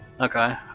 Okay